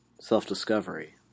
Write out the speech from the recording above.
self-discovery